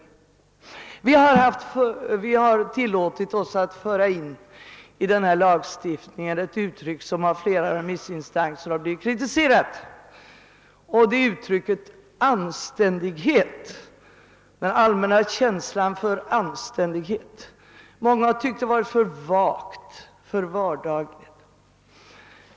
Vi har tillåtit oss att i den här lagstiftningen föra in ett uttryck som av flera remissinstanser har blivit kritiserat. Det är uttrycket anständighet — den allmänna känslan för anständighet. Många har ansett att det varit för vagt, för vardagligt.